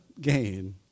gain